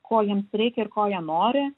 ko jiems reikia ir ko jie nori